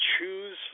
choose